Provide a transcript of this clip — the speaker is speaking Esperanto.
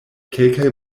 kelkaj